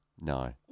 No